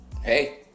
Hey